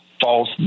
false